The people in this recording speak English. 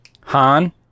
Han